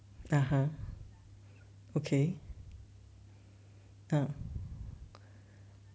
(uh huh) okay uh